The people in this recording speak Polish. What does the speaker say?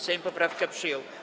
Sejm poprawkę przyjął.